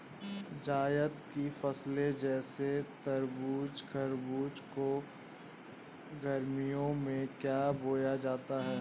जायद की फसले जैसे तरबूज़ खरबूज को गर्मियों में क्यो बोया जाता है?